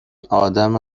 آدم